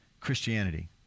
Christianity